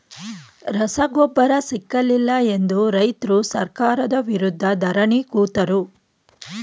ರಸಗೊಬ್ಬರ ಸಿಕ್ಕಲಿಲ್ಲ ಎಂದು ರೈತ್ರು ಸರ್ಕಾರದ ವಿರುದ್ಧ ಧರಣಿ ಕೂತರು